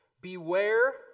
Beware